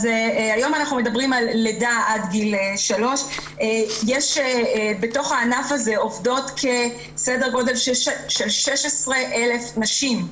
היום אנחנו מדברים על לידה עד גיל 3. בענף הזה עובדות כ-16,000 נשים,